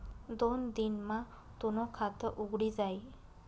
दोन दिन मा तूनं खातं उघडी जाई